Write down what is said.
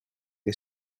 què